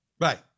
Right